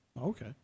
Okay